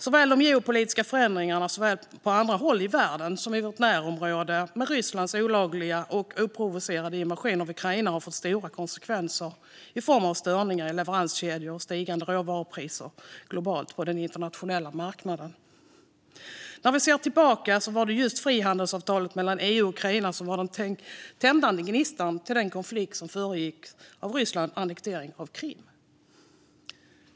sker geopolitiska förändringar såväl på andra håll i världen som i vårt närområde. Rysslands olagliga och oprovocerade invasion av Ukraina har fått stora konsekvenser i form av störningar i leveranskedjor och stigande råvarupriser på den internationella marknaden. När vi ser tillbaka ser vi att det var just frihandelsavtalet mellan EU och Ukraina som var den tändande gnistan till den konflikt som föregick Rysslands annektering av Krim.